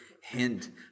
hint